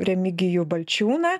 remigijų balčiūną